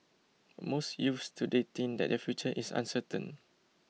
most youths today think that their future is uncertain